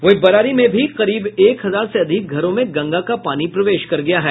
इधर बरारी में भी करीब एक हजार से अधिक घरों में गंगा का पानी प्रवेश कर गया है